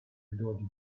doti